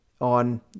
on